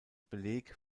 beleg